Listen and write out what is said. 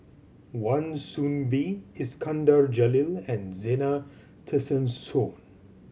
Wan Soon Bee Iskandar Jalil and Zena Tessensohn